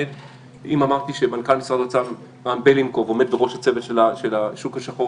אם אמרתי שמנכ"ל משרד האוצר רם בלינקוב עומד בראש הצוות של השוק השחור,